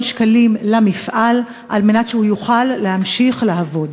שקלים למפעל על מנת שהוא יוכל להמשיך לעבוד.